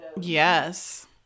Yes